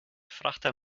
frachter